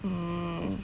mm